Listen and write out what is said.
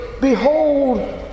behold